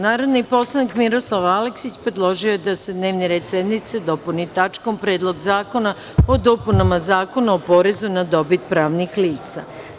Narodni poslanik Miroslav Aleksić predložio je da se dnevni red sednice dopuni tačkom Predlog zakona o dopunama zakona o porezu na dobit pravnih lica.